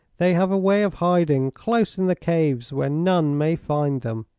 they have a way of hiding close in the caves, where none may find them.